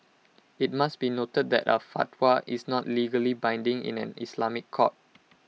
IT must be noted that A fatwa is not legally binding in an Islamic court